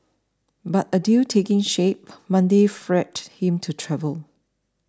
but a deal taking shape Monday freed him to travel